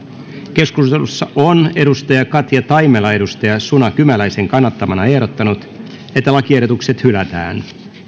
keskustelussa on katja taimela suna kymäläisen kannattamana ehdottanut että lakiehdotukset hylätään